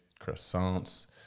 croissants